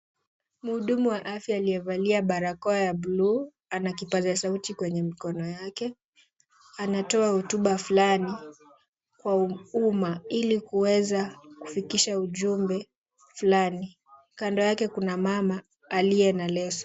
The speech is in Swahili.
Mhudumu wa afya aliyevalia barakoa ya buluu ana kipaza sauti kwenye mkono wake. Anatoa hotuba fulani kwa umma ili kuweza kufikisha ujumbe fulani. Kando yake kuna mama aliye na leso.